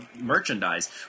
merchandise